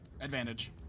Advantage